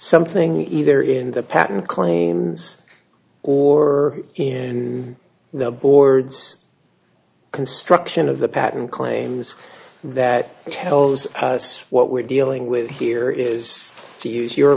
something either in the patent claims or in the board's construction of the patent claims that tells us what we're dealing with here is to use your